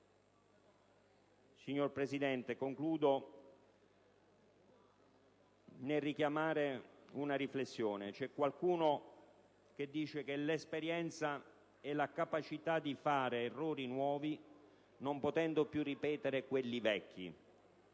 Signor Presidente, concludo richiamando una riflessione. C'è qualcuno che dice che l'esperienza è la capacità di fare errori nuovi non potendo più ripetere quelli vecchi.